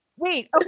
Wait